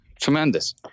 Tremendous